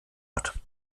hat